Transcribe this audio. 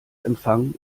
empfang